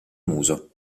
muso